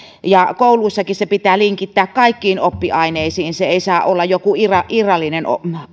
kouluissakin se pitää linkittää kaikkiin oppiaineisiin se ei saa olla joku irrallinen